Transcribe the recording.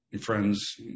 friends